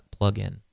plugin